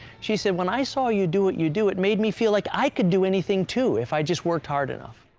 she said, when i saw you do what you do, it made me feel like i could do anything, too, if i just worked hard enough.